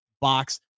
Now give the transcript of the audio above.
box